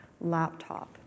Laptop